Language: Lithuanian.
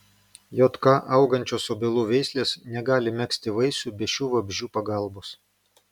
jk augančios obelų veislės negali megzti vaisių be šių vabzdžių pagalbos